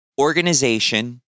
organization